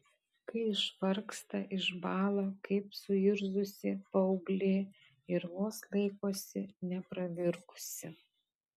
kai išvargsta išbąla kaip suirzusi paauglė ir vos laikosi nepravirkusi